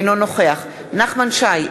אינו נוכח נחמן שי,